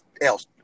else